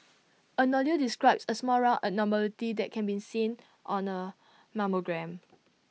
A nodule describes A small round abnormality that can be seen on A mammogram